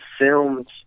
filmed